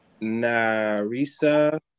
narisa